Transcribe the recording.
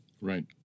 Right